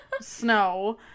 snow